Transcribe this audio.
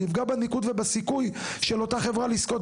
זה יפגע בניקוד ובסיכוי של אותה חברה לזכות.